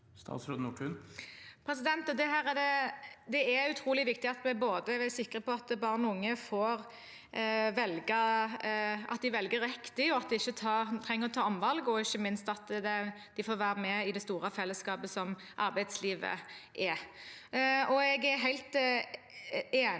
Det er utrolig viktig at vi både er sikre på at barn og unge velger riktig, at de ikke trenger å ta omvalg, og ikke minst at de får være med i det store fellesskapet som arbeidslivet er. Jeg er helt enig